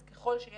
אז ככל שיש